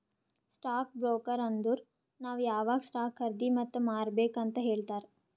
stock broker ಅಂದುರ್ ನಾವ್ ಯಾವಾಗ್ ಸ್ಟಾಕ್ ಖರ್ದಿ ಮತ್ ಮಾರ್ಬೇಕ್ ಅಂತ್ ಹೇಳ್ತಾರ